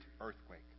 earthquake